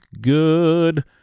good